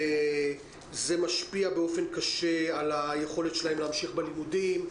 וזה משפיע באופן קשה על היכולת שלהם להמשיך בלימודים,